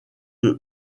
des